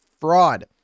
fraud